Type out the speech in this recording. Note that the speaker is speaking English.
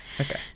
okay